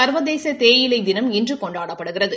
சா்வதேச தேயிலை தினம் இன்று கொண்டாடப்படுகிறது